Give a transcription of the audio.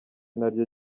naryo